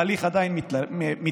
ההליך עדיין מתנהל,